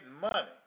money